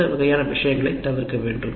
இந்த வகையான விஷயங்களைத் தவிர்க்க வேண்டும்